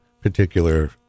particular